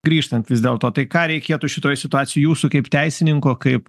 grįžtant vis dėlto tai ką reikėtų šitoj situacijoj jūsų kaip teisininko kaip